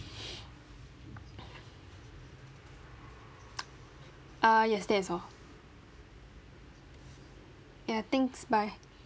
uh yes that is all ya thanks bye